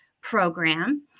program